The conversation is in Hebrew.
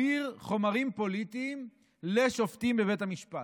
להעביר חומרים פוליטיים לשופטים בבית המשפט?